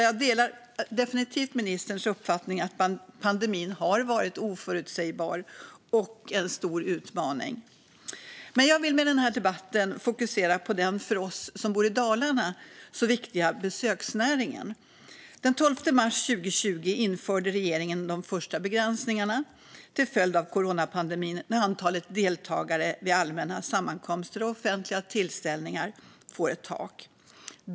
Jag delar definitivt ministerns uppfattning att pandemin har varit oförutsägbar och en stor utmaning och vill med den här debatten fokusera på den för oss, som bor i Dalarna, så viktiga besöksnäringen. Den 12 mars 2020 införde regeringen de första begränsningarna till följd av coronapandemin när antalet deltagare vid allmänna sammankomster och offentliga tillställningar fick ett tak.